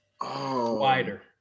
Wider